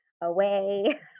away